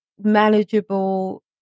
manageable